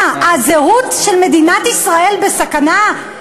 מה, הזהות של מדינת ישראל בסכנה?